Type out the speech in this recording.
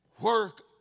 work